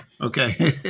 Okay